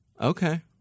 Okay